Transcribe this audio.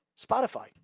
Spotify